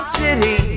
city